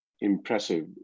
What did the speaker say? impressive